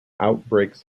outbreaks